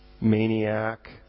Maniac